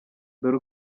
dore